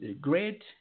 great